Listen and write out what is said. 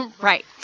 Right